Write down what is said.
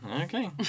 okay